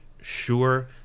sure